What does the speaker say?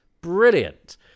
Brilliant